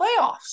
playoffs